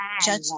judge